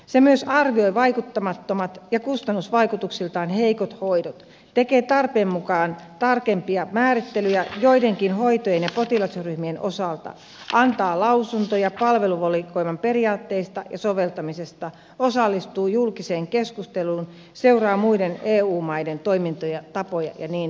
se myös arvioi vaikuttamattomat ja kustannusvaikutuksiltaan heikot hoidot tekee tarpeen mukaan tarkempia määrittelyjä joidenkin hoitojen ja potilasryhmien osalta antaa lausuntoja palveluvalikoiman periaatteista ja soveltamisesta osallistuu julkiseen keskusteluun seuraa muiden eu maiden toimintoja tapoja ja niin edelleen